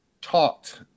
talked